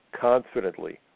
confidently